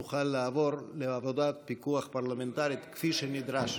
נוכל לעבור לעבודת פיקוח פרלמנטרית כפי שנדרש.